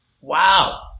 Wow